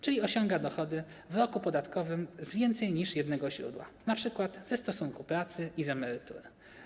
Czyli osiąga dochody w roku podatkowym z więcej niż jednego źródła, np. ze stosunku pracy i z emerytury.